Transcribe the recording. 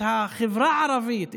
את החברה הערבית,